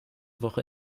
woche